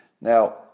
Now